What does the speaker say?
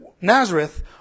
Nazareth